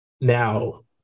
now